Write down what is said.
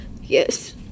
Yes